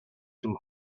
some